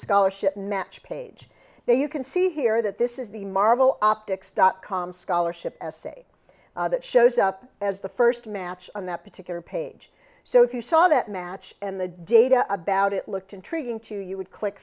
scholarship match page there you can see here that this is the marble optics dot com scholarship as say that shows up as the first match on that particular page so if you saw that match and the data about it looked intriguing to you you would click